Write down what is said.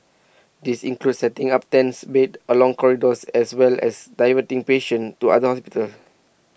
these include setting up tents beds along corridors as well as diverting patients to other hospitals